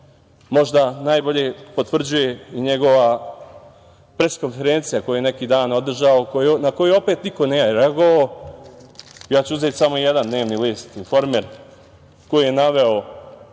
možda najbolje potvrđuje i njegova pres konferencija koju je neki dan održao, na koju opet niko nije reagovao. Ja ću uzeti sada jedan dnevni list "Informer", koji je naveo